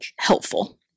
helpful